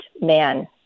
man